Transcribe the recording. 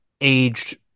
aged